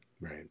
right